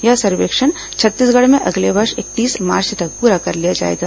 यह सर्वेक्षण छत्तीसगढ़ में अगले वर्ष इकतीस मार्च तक पूरा कर लिया जाएगा